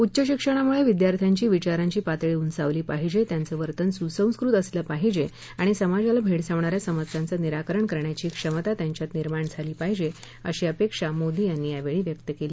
उच्च शिक्षणामुळे विद्यार्थ्यांची विचारांची पातळी उंचावली पाहिजे त्यांचं वर्तन सुसंस्कृत असलं पाहिजे आणि समाजाला भेडसावणा या समस्यांचं निराकरण करण्याची क्षमता त्यांच्यात निर्माण झाली पाहिजे अशी अपेक्षा मोदी यांनी व्यक्त केली